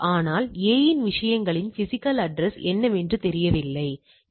ஆனால் இந்த வளைவின் கீழ் உள்ள மொத்த பரப்பளவு 1